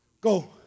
Go